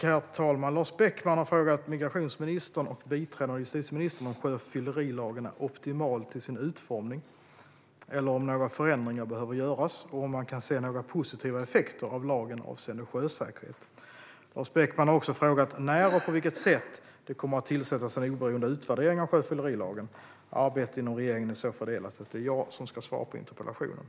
Herr talman! Lars Beckman har frågat migrationsministern och biträdande justitieministern om sjöfyllerilagen är optimal till sin utformning eller om några förändringar behöver göras och om man kan se några positiva effekter av lagen avseende sjösäkerhet. Lars Beckman har också frågat när och på vilket sätt det kommer att tillsättas en oberoende utvärdering av sjöfyllerilagen. Arbetet inom regeringen är så fördelat att det är jag som ska svara på interpellationen.